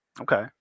Okay